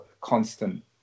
constant